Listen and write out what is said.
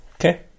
Okay